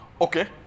Okay